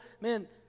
man